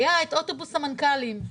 היה את אוטובוס המנכ"לים.